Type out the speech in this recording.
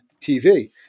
TV